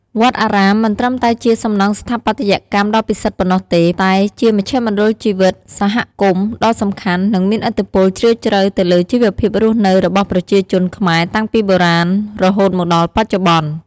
វត្តអារាមមិនត្រឹមតែជាសំណង់ស្ថាបត្យកម្មដ៏ពិសិដ្ឋប៉ុណ្ណោះទេ តែជា មជ្ឈមណ្ឌលជីវិតសហគមន៍ ដ៏សំខាន់ និងមានឥទ្ធិពលជ្រាលជ្រៅទៅលើជីវភាពរស់នៅរបស់ប្រជាជនខ្មែរ តាំងពីបុរាណរហូតមកដល់បច្ចុប្បន្ន។